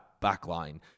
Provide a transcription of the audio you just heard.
backline